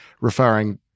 referring